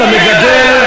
אתה מגדל,